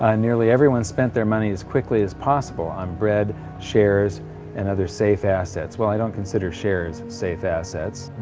ah nearly everyone spent their money as quickly as possible on bread, shares and other safe assets well i don't consider shares safe assets,